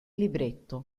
libretto